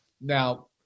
now